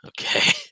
Okay